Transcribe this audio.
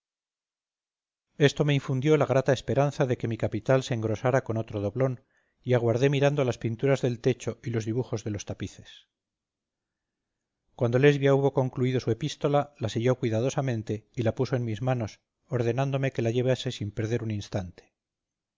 esto me infundió la grata esperanza de que mi capital se engrosara con otro doblón y aguardé mirando las pinturas del techo y los dibujos de los tapices cuando lesbia hubo concluido su epístola la selló cuidadosamente y la puso en mis manos ordenándome que la llevase sin perder un instante